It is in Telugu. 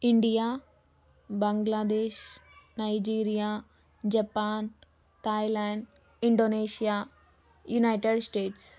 India Bangladesh Nigeria Japan Thailand Indonesia United states